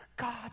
God